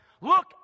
Look